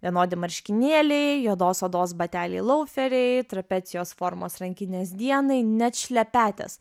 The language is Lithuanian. vienodi marškinėliai juodos odos bateliai lauferiai trapecijos formos rankinės dienai net šlepetės